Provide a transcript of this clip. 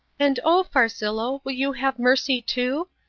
and, oh, farcillo, will you have mercy, too?